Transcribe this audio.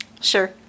Sure